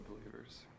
believers